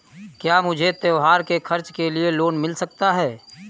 क्या मुझे त्योहार के खर्च के लिए लोन मिल सकता है?